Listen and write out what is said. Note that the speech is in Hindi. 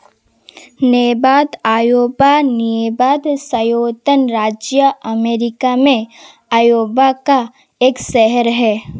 नेबाद आयोबा नेबध संयुक्त राज्य अमेरिका में अयोवा का एक शहर है